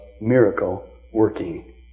miracle-working